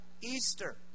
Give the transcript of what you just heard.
Easter